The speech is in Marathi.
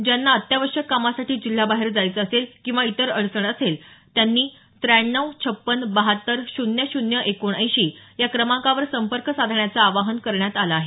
ज्यांना अत्यावश्यक कामासाठी जिल्ह्याबाहेर जायचं असेल किंवा इतर अडचण असेल त्यांनी त्र्याण्णव छपन्न बहात्तर शून्य शून्य एकोणऐंशी या क्रमांकावर संपर्क साधण्याचं आवाहन करण्यात आलं आहे